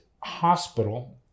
hospital